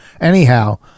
Anyhow